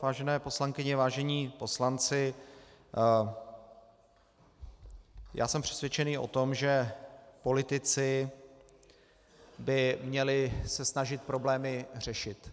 Vážené poslankyně, vážení poslanci, jsem přesvědčen o tom, že politici by se měli snažit problémy řešit.